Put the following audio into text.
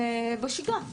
בשגרה.